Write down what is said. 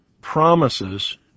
promises